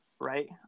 right